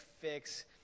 fix